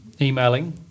emailing